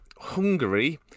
Hungary